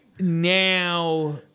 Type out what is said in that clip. Now